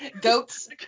goats